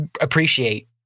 appreciate